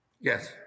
Yes